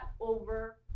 over